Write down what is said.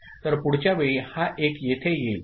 तर पुढच्या वेळी हा 1 येथे येईल